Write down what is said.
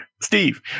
steve